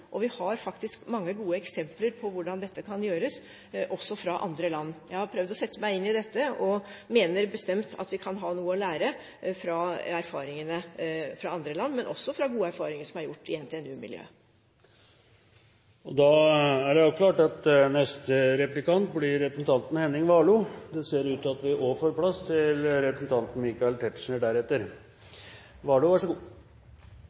Vi har mange gode eksempler på hvordan dette kan gjøres, også fra andre land. Jeg har prøvd å sette meg inn i dette og mener bestemt at vi kan ha noe å lære fra erfaringene fra andre land, men også fra gode erfaringer som er gjort i NTNU-miljøet. Da er det avklart at neste replikant blir representanten Henning Warloe. Det ser ut til at vi deretter også får plass til representanten Michael Tetzschner.